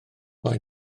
mae